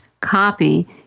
copy